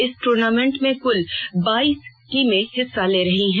इस टूर्नामेंट में कुल बाइस टीमें हिस्सा ले रही हैं